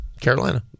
Carolina